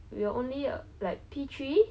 but then you were talking about the